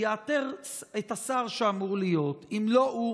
יאתר את השר שאמור להיות, ואם לא הוא,